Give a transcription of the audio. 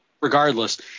regardless